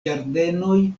ĝardenoj